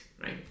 right